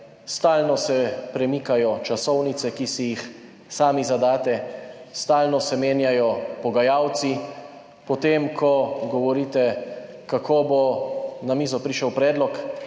Stalno se premikajo časovnice, ki si jih sami zadate, stalno se menjajo pogajalci. Potem, ko govorite, kako bo na mizo prišel predlog,